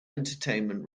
entertainment